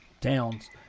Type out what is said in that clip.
towns